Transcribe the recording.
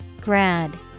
grad